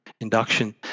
induction